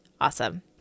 awesome